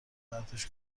پرتش